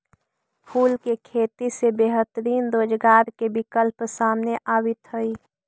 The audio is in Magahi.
फूल के खेती से बेहतरीन रोजगार के विकल्प सामने आवित हइ